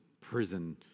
prison